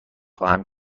خواهم